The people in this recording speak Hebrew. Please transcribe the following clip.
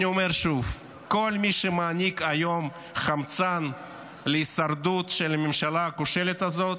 אני אומר שוב: כל מי שמעניק היום חמצן להישרדות של הממשלה הכושלת הזאת,